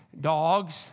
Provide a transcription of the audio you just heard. dogs